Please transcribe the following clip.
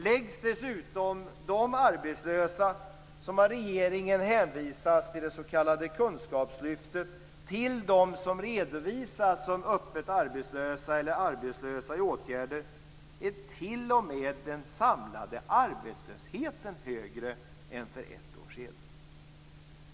Läggs dessutom de arbetslösa som av regeringen hänvisas till det s.k. kunskapslyftet till dem som redovisas som öppet arbetslösa eller arbetslösa i åtgärder är t.o.m. den samlade arbetslösheten högre än för ett år sedan.